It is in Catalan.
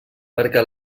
perquè